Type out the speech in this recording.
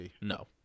No